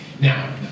Now